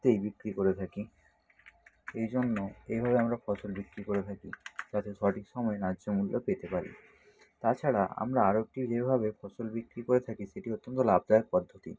তেই বিক্রি করে থাকি এই জন্য এইভাবে আমরা ফসল বিক্রি করে থাকি যাতে সঠিক সময়ে ন্যায্যমূল্য পেতে পারি তাছাড়া আমরা আরও একটু ইয়েভাবে ফসল বিক্রি করে থাকি সেটি অত্যন্ত লাভদায়ক পদ্ধতি